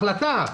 החלטה.